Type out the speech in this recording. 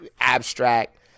abstract